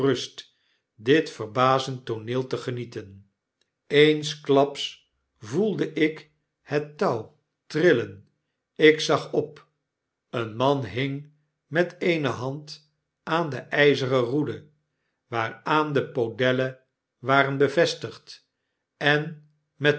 dit verbazend tooneel te genieten eensklaps voelde ik het touw trillen ik zag op een man hing met de eene hand aan de yzeren roede waaraan de podelle waren bevestigd en met